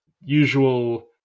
usual